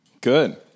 Good